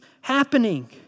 happening